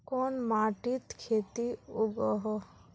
कोन माटित खेती उगोहो?